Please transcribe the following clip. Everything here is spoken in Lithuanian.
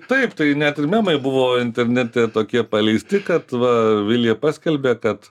taip tai net ir memai buvo internete tokie paleisti kad va vilija paskelbė kad